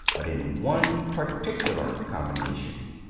but in one particular combination.